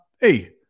Hey